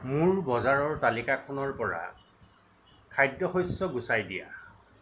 মোৰ বজাৰৰ তালিকাখনৰ পৰা খাদ্যশস্য গুচাই দিয়া